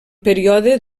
període